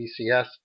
VCS